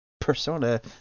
Persona